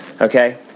okay